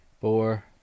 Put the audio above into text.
four